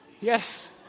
Yes